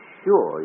sure